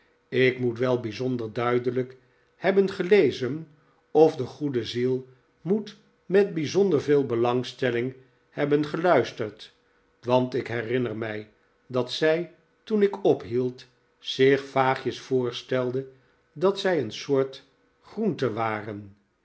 ik moet wel bijzonder duidelijk hebben gelezen of de goede ziel moet met bijzonder veel belangstelling hebben geluisterd want ik herinner mij dat zij toen ik ophield zich vaagjes voorstelde dat zij een soort groente waren